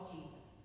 Jesus